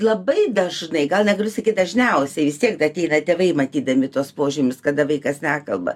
labai dažnai gal negaliu sakyt dažniausiai vis tiek ateina tėvai matydami tuos požymius kada vaikas nekalba